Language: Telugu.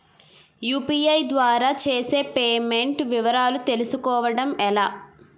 యు.పి.ఐ ద్వారా చేసిన పే మెంట్స్ వివరాలు తెలుసుకోవటం ఎలా?